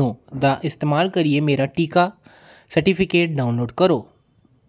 नो दा इस्तेमाल करियै मेरा टीका सर्टिफिकेट डाउनलोड करो